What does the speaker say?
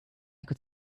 could